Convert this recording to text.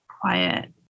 quiet